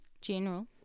General